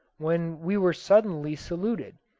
when we were suddenly saluted,